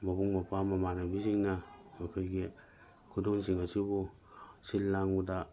ꯃꯕꯨꯡ ꯃꯧꯄ꯭ꯋꯥ ꯃꯃꯥꯟꯅꯕꯤꯁꯤꯡꯅ ꯃꯈꯣꯏꯒꯤ ꯈꯨꯗꯣꯟꯁꯤꯡ ꯑꯁꯤꯕꯨ ꯁꯤꯜ ꯂꯥꯡꯕꯗ